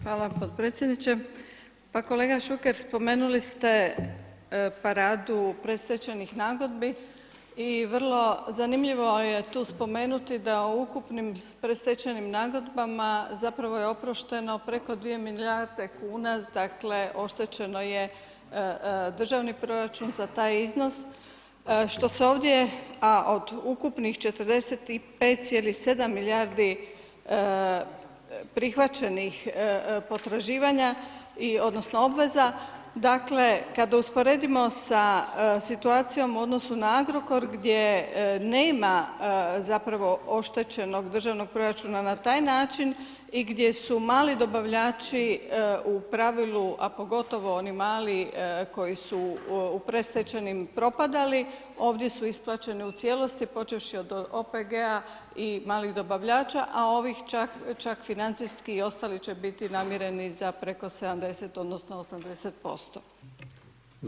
Hvala potpredsjedniče, pa kolega Šuker, spomenuli ste paradu predstečajnih nagodbi i vrlo zanimljivo je tu spomenuti da u ukupnim predstečajnim nagodbama, zapravo je oprošteno preko 2 milijardi kuna, dakle, oštećeno je državni proračun za taj iznos, što se ovdje, a od ukupnih 45,7 milijardi prihvaćenih potraživanja, odnosno, obveza, dakle, kada usporedimo sa situacijom u odnosu na Agrokor, gdje nema zapravo oštećenog državnog proračuna na taj način i gdje su mali dobavljači u pravilu a pogotovo oni mali koji su u predstečajnim propadali, ovdje su isplaćeni u cijelosti, počevši od OPG-a i malih dobavljača, a ovi čak financijski i ostali će biti namireni za preko 70, odnosno 80%